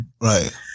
Right